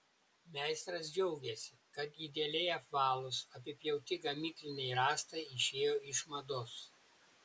meistras džiaugiasi kad idealiai apvalūs apipjauti gamykliniai rąstai išėjo iš mados